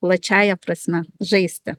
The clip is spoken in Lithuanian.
plačiąja prasme žaisti